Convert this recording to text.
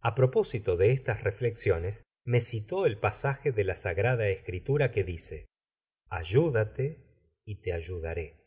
a propósito de estas reflexiones me citó el pasaje de la sagrada escritura que dice ayúdale y te ayudaré